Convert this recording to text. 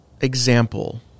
example